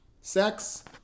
Sex